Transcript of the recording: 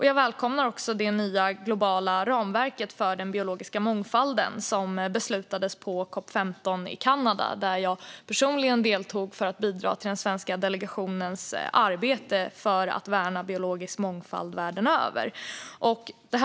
Jag välkomnar också det nya globala ramverket för den biologiska mångfalden som beslutades på COP 15 i Kanada, där jag personligen deltog för att bidra till den svenska delegationens arbete för att värna biologisk mångfald världen över.